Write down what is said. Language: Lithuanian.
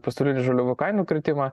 pasaulinių žaliavų kainų kritimą